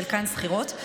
חלקן שכירות,